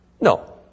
No